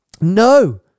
No